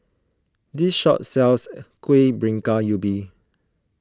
this shop sells Kueh Bingka Ubi